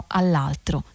all'altro